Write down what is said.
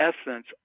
essence